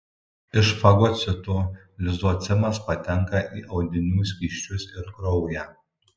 iš fagocitų lizocimas patenka į audinių skysčius ir kraują